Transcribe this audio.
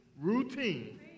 routine